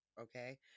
okay